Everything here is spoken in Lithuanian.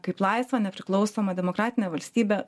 kaip laisvą nepriklausomą demokratinę valstybę